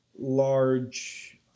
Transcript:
large